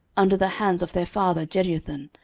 under the hands of their father jeduthun,